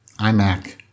iMac